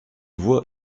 voix